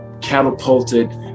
catapulted